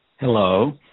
Hello